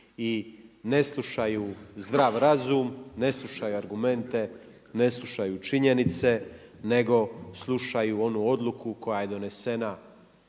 i ne slušaju zdrav razum, ne slušaju argumente, ne slušaju činjenice, nego slušaju onu odluku koja je donesena